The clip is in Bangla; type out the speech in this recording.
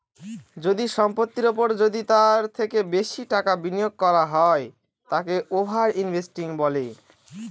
যদি সম্পত্তির ওপর যদি তার থেকে বেশি টাকা বিনিয়োগ করা হয় তাকে ওভার ইনভেস্টিং বলে